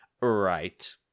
right